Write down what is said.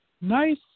Nice